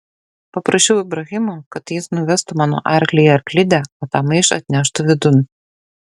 paprašiau ibrahimo kad jis nuvestų mano arklį į arklidę o tą maišą atneštų vidun